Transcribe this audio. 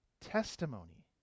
testimony